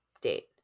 date